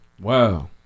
Wow